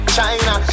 China